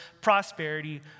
prosperity